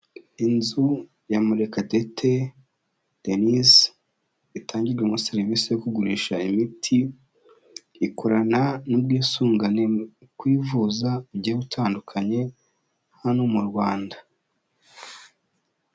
Inzu ya MUREKATETE Denise, itangirwo serivisi yo kugurisha imiti ikorana n'ubwisungane mu kwivuza bugiye butandukanye, hano mu Rwanda.